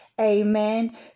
Amen